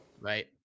Right